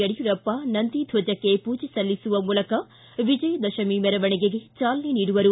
ಯಡಿಯೂರಪ್ಪ ನಂದಿ ಧ್ವಜಕ್ಕೆ ಪೂಜೆ ಸಲ್ಲಿಸುವ ಮೂಲಕ ವಿಜಯದಶಮಿ ಮೆರವಣಿಗೆಗೆ ಚಾಲನೆ ನೀಡುವರು